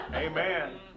Amen